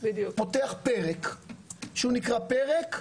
פותח פרק שנקרא פרק,